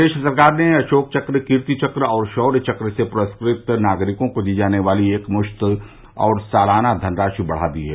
प्रदेश सरकार ने अशोक चक्र कीर्ति चक्र और शौर्य चक्र से पुरस्कृत नागरिकों को दी जाने वाली एकमृत्त और सालाना धनराशि बढ़ा दी है